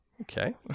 Okay